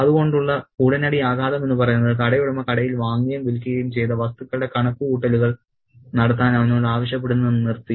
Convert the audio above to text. അതുകൊണ്ടുള്ള ഉടനടി ആഘാതം എന്ന് പറയുന്നത് കടയുടമ കടയിൽ വാങ്ങുകയും വിൽക്കുകയും ചെയ്ത വസ്തുക്കളുടെ കണക്കുകൂട്ടലുകൾ നടത്താൻ അവനോട് ആവശ്യപ്പെടുന്നത് നിർത്തി